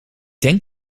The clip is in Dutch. denk